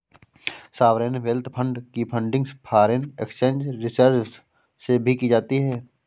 sovereign wealth fund की funding foreign exchange reserves से भी की जाती है